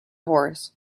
horse